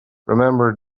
remember